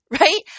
right